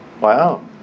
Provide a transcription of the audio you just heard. wow